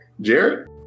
Jared